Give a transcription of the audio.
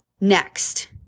Next